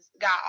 got